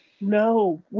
No